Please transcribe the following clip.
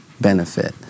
benefit